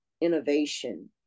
innovation